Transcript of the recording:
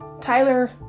Tyler